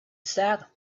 sat